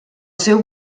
seu